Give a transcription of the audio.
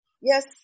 Yes